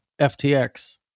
FTX